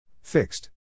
Fixed